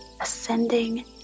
ascending